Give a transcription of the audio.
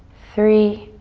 three,